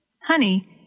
Honey